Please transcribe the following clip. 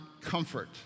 comfort